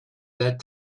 that